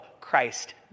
Christ